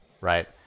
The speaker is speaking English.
right